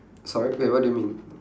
sorry wait what do you mean